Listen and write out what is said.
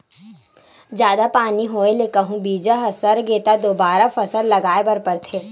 जादा पानी होए ले कहूं बीजा ह सरगे त दोबारा फसल लगाए बर परथे